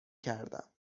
کردم